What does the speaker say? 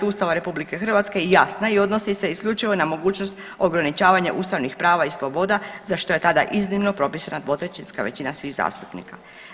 Ustava RH jasna je i odnosi se isključivo na mogućnost ograničavanja ustavnih prava i sloboda za što je tada iznimno propisana dvotrećinska većina svih zastupnika.